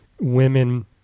women